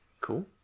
Cool